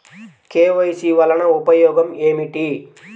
KYC వలన ఉపయోగం ఏమిటీ?